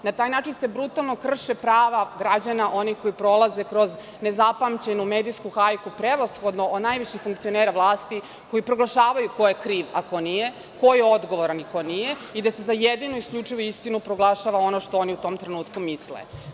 Na taj način se brutalno krše prava građana onih koji prolaze kroz nezapamćenu medijsku hajku, prevashodno od najviših funkcionera vlasti, koji proglašavaju ko je kriv, a ko nije, ko je odgovora, a ko nije i da se za jedinu isključivu istinu proglašava ono što oni u tom trenutku misle.